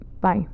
Bye